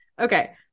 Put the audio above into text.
Okay